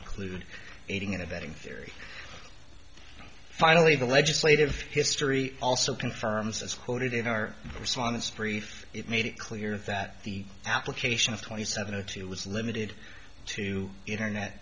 include aiding and abetting theory finally the legislative history also confirms as quoted in our response brief it made it clear that the application of twenty seven o two was limited to internet